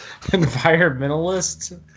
environmentalist